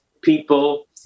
people